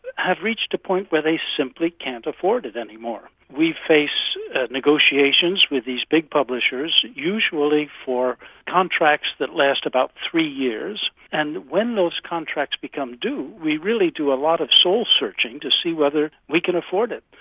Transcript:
have reached a point where they simply can't afford it any more. we face negotiations with these big publishers, usually for contracts that last about three years, and when those contracts become due, we really do a lot of soul-searching to see whether we can afford it.